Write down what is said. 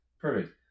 Perfect